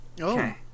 Okay